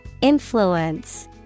Influence